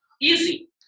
easy